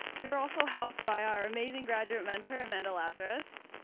we were also helped by our amazing graduate mentor amanda lazarus,